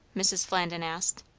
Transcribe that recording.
mrs. flandin asked.